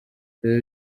ibi